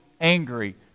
angry